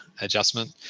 adjustment